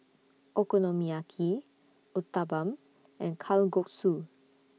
Okonomiyaki Uthapam and Kalguksu